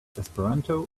esperanto